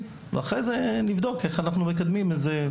ואחרי זה נבדוק איך אנחנו מקדמים את זה.